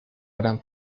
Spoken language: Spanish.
gran